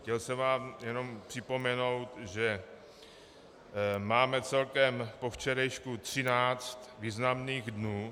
Chtěl jsem vám jenom připomenout, že máme celkem po včerejšku třináct významných dnů.